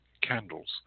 candles